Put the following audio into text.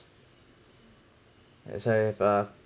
as I have uh